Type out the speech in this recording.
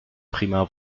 prima